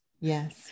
yes